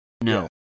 No